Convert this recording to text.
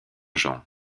jean